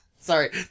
Sorry